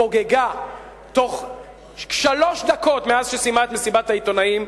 התפוגגה בתוך שלוש דקות מאז סיימה את מסיבת העיתונאים,